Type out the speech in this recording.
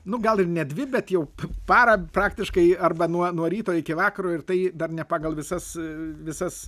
nu gal ir ne dvi bet jau parą praktiškai arba nuo nuo ryto iki vakaro ir tai dar ne pagal visas visas